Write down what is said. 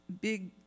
big